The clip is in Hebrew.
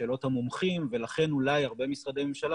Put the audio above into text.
בשאלות המומחים ולכן אולי הרבה משרדי ממשלה